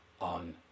on